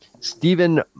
Stephen